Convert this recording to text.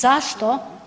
Zašto?